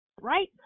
right